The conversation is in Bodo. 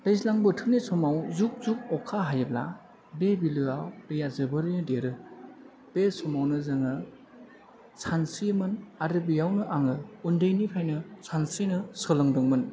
दैज्लां बोथोरनि समाव जुब जुब अखा हायोब्ला बे बिलोयाव दैया जोबोरैनो देरो बे समाव नो जोङो सानस्रियोमोन आरो बेयावनो आङो उन्दै निफ्रायनो सानस्रिनो सोलोंदोंमोन